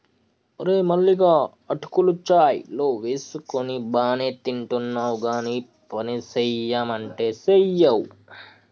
ఓరే మల్లిగా అటుకులు చాయ్ లో వేసుకొని బానే తింటున్నావ్ గానీ పనిసెయ్యమంటే సెయ్యవ్